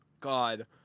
God